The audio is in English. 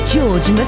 George